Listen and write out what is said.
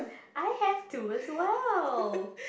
I have two as well